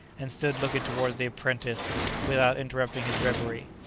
and stood looking towards the apprentice without interrupting his reverie.